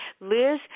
Liz